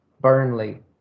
burnley